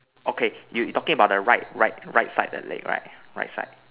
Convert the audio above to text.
okay you you talking about the right right right side the leg right right side